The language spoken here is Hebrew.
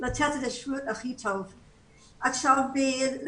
את הטיפול הטוב ביותר.